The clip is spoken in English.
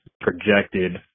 projected –